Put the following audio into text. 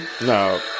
No